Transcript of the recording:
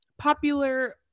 popular